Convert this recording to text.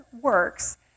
works